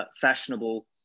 fashionable